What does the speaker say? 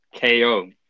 KO